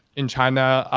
in china,